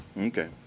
Okay